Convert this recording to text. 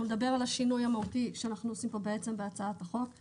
לדבר על השינוי המהותי שאנחנו עושים בהצעת החוק.